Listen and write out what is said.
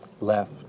left